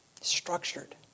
structured